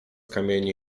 kamieni